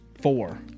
Four